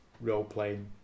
role-playing